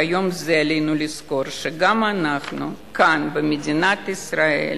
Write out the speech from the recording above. ביום זה עלינו לזכור שגם אנחנו כאן במדינת ישראל